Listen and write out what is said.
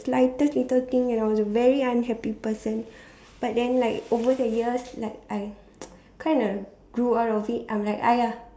slightest little thing and I was a very unhappy person but then like over the years like I kind of grew out of it I'm like !aiya!